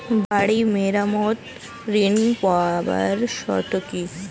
বাড়ি মেরামত ঋন পাবার শর্ত কি?